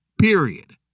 period